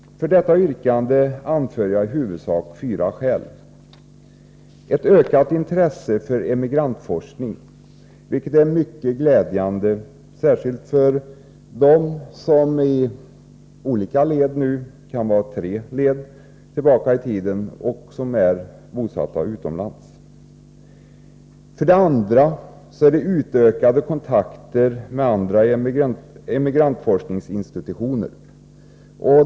För detta yrkande anför jag i huvudsak fyra skäl: 1. Ett ökat intresse för emigrantforskning, vilket är mycket glädjande, särskilt för dem som är emigranter i upp till tredje led och som är bosatta utomlands. 2. Utökade kontakter med andra emigrantforskningsinstitutioner.